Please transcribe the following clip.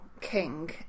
king